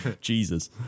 Jesus